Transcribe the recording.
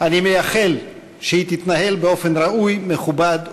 אני מייחל שהיא תתנהל באופן ראוי, מכובד ומכבד.